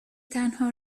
تنها